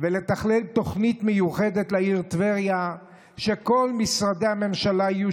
ולתכנן תוכנית מיוחדת לעיר טבריה שכל משרדי הממשלה יהיו